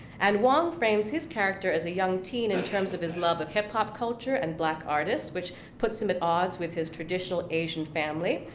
and huang frames her character as a young teen, in terms of his love of hip-hop culture and black artists, which puts him at odds with his traditional asian family,